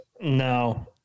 No